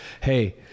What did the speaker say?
hey